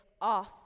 off